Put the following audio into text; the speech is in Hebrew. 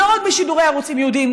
לא רק בשידורי ערוצים ייעודיים,